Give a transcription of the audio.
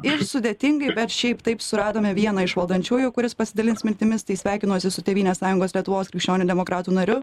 ir sudėtingai bet šiaip taip suradome vieną iš valdančiųjų kuris pasidalins mintimis tai sveikinuosi su tėvynės sąjungos lietuvos krikščionių demokratų nariu